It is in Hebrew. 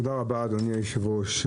תודה רבה, אדוני היושב-ראש.